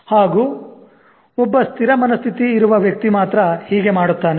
ಹಾಗೂ ಒಬ್ಬ ಸ್ಥಿರ ಮನಸ್ಥಿತಿ ಇರುವ ವ್ಯಕ್ತಿ ಮಾತ್ರ ಹೀಗೆ ಮಾಡುತ್ತಾನೆ